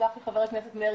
תסלח לי חה"כ מרגי,